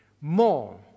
More